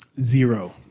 Zero